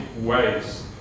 ways